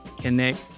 connect